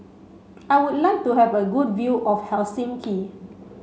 I would like to have a good view of Helsinki